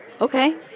Okay